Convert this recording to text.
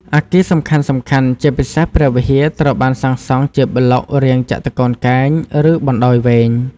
អគារសំខាន់ៗ ជាពិសេសព្រះវិហារត្រូវបានសាងសង់ជាប្លុករាងចតុកោណកែង ឬបណ្តោយវែង។